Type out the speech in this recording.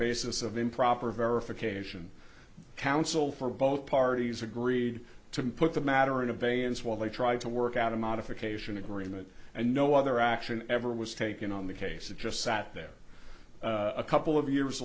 basis of improper verification counsel for both parties agreed to put the matter in of a and while they tried to work out a modification agreement and no other action ever was taken on the case it just sat there a couple of years